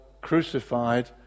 crucified